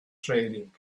sharing